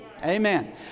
Amen